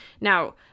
now